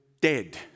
dead